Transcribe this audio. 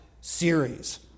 series